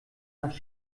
nach